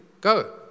Go